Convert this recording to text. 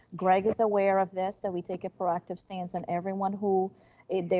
greg is aware of this, that we take a proactive stance on everyone who is there.